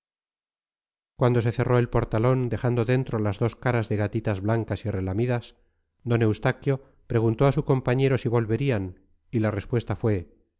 cuando se cerró el portalón dejando dentro las dos caras de gatitas blancas y relamidas d eustaquio preguntó a su compañero si volverían y la respuesta fue